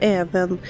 även